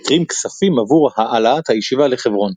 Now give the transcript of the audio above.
התרים כספים עבור העלאת הישיבה לחברון.